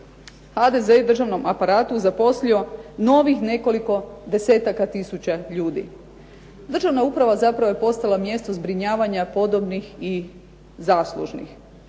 u državnom aparatu zaposlio novih nekoliko desetaka tisuća ljudi. Državna uprava zapravo je postala mjesto zbrinjavanja podobnih i zaslužnih.